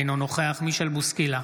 אינו נוכח מישל בוסקילה,